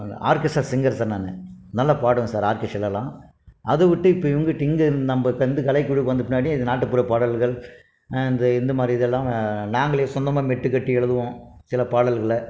orchestra singer sir நான் நல்லா பாடுவேன் சார் ஆர்கெஸ்ட்ராலலாம் அதை விட்டு இப்போ இவங்க இங்கே நம்ப இந்த கலைக்குழுக்கு வந்த பின்னாடி இந்த நாட்டுப்புறப்பாடல்கள் அந்த இந்தமாதிரி இதெல்லாம் நாங்களே சொந்தமாக மெட்டுக்கட்டி எழுதுவோம் சில பாடல்களை